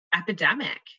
epidemic